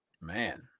Man